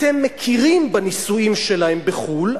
אתם מכירים בנישואין שלהם בחו"ל,